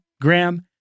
Graham